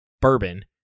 bourbon